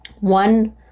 one